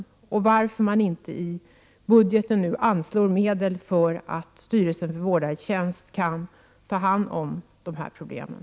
Varför anslår man inte medel i budgeten, så att styrelsen för vårdartjänst kan ta hand om de här problemen?